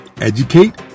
educate